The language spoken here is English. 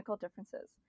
differences